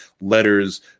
letters